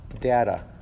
data